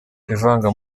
ivanga